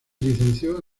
licenció